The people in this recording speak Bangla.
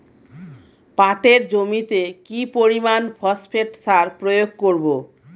পাটের জমিতে কি পরিমান ফসফেট সার প্রয়োগ করব?